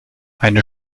eine